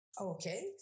Okay